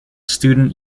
student